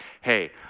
hey